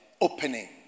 opening